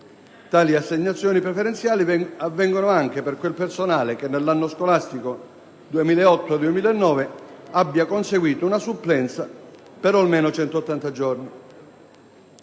Tali assegnazioni preferenziali avvengono anche per quel personale che nell'anno scolastico 2008-2009 abbia conseguito una supplenza per almeno 180 giorni.